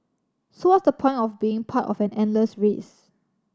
so what's the point of being part of an endless race